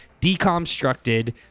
Deconstructed